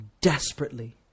desperately